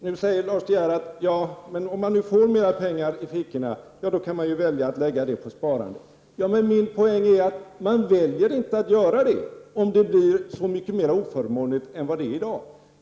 Nu säger Lars De Geer att de som får mera pengar i fickorna kan välja att lägga dem på sparandet. Ja, men min poäng är att de inte väljer att göra det, om det blir så mycket oförmånligare än det är i dag.